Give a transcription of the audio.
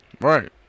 Right